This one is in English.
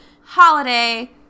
holiday